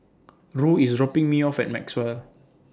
Roe IS dropping Me off At Maxwell